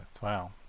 Wow